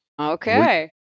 okay